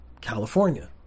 California